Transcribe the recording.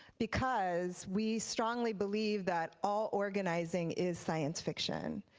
because we strongly believe that all organizing is science fiction.